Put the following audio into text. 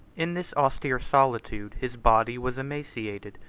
in this austere solitude, his body was emaciated,